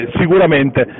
sicuramente